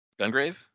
Gungrave